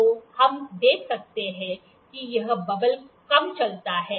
तो हम देख सकते हैं कि यह बबल कब चलता है